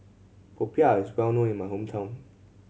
popiah is well known in my hometown